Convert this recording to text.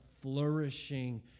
flourishing